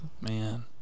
man